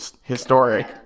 Historic